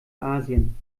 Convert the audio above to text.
asien